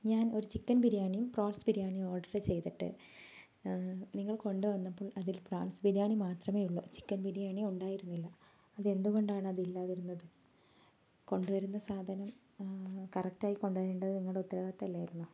ഞാൻ ഒരു ചിക്കൻ ബിരിയാണിയും പ്രോൺസ് ബിരിയാണിയും ഓർഡർ ചെയ്തിട്ട് നിങ്ങൾ കൊണ്ടുവന്നപ്പോൾ അതിൽ പ്രോൺസ് ബിരിയാണി മാത്രമേ ഉളളൂ ചിക്കൻ ബിരിയാണി ഉണ്ടായിരുന്നില്ല അതെന്തുകൊണ്ടാണ് അതില്ലാതിരുന്നത് കൊണ്ടുവരുന്ന സാധനം കറക്റ്റായിട്ട് കൊണ്ടുവരേണ്ടത് നിങ്ങളുടെ ഉത്തരവാദിത്തമല്ലായിരുന്നോ